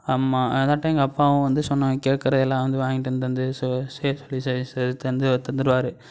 அம்மா அதாட்டம் எங்கள் அப்பாவும் வந்து சொன்ன கேட்குற எல்லாம் வந்து வாங்கிட்டு வந்து தந்து சே செய்ய சொல்லி செய்ய செ தந்து தந்துடுவாரு